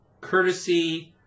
courtesy